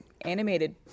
animated